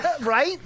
right